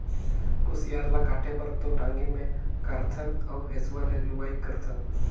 कुसियार ल काटे बर तो टांगी मे कारथन अउ हेंसुवा में लुआई करथन